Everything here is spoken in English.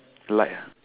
like